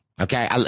Okay